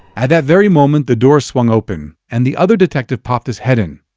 at that very moment the door swung open and the other detective popped his head in.